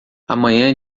amanhã